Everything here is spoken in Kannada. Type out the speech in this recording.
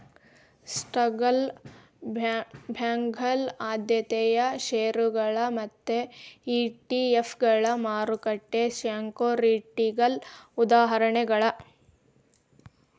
ಸ್ಟಾಕ್ಗಳ ಬಾಂಡ್ಗಳ ಆದ್ಯತೆಯ ಷೇರುಗಳ ಮತ್ತ ಇ.ಟಿ.ಎಫ್ಗಳ ಮಾರುಕಟ್ಟೆ ಸೆಕ್ಯುರಿಟಿಗಳ ಉದಾಹರಣೆಗಳ